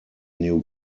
new